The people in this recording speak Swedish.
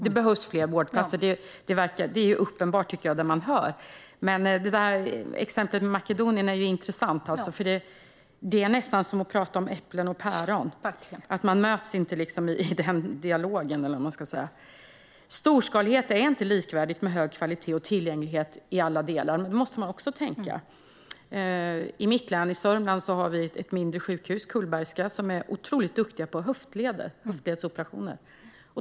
Det behövs fler vårdplatser; det är uppenbart, utifrån vad man hör. Exemplet Makedonien är intressant. Det är nästan som att prata om äpplen och päron - man möts inte i den dialogen. Storskalighet är inte likvärdigt med hög kvalitet och tillgänglighet i alla delar. Detta måste man tänka på. I mitt län Sörmland har vi ett mindre sjukhus, Kullbergska, där de är otroligt duktiga på höftledsoperationer.